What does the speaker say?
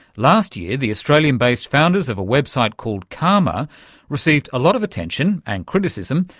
last year the australian-based founders of a website called karma received a lot of attention, and criticism,